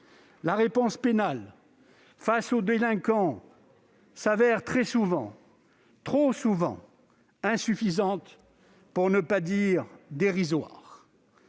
la réponse pénale face aux délinquants se révèle très souvent, trop souvent, insuffisante, pour ne pas dire dérisoire.